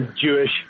Jewish